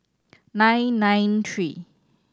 nine nine three